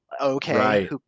Okay